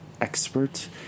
expert